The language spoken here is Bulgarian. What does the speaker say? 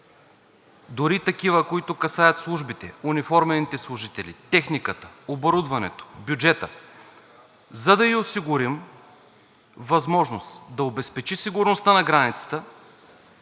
дори такива, които касаят службите, униформените служители, техниката, оборудването, бюджета, за да ѝ осигурим възможност да обезпечи сигурността на границата